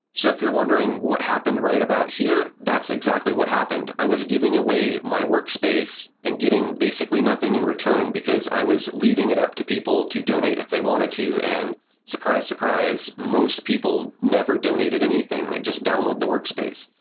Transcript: so if you're wondering what happened right about here, that's exactly what happened. i was giving away my workspace and getting basically nothing in return because i was leaving it up to people to donate if they wanted to, and surprise, surprise, most people never donated anything. they just download the workspace.